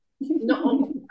No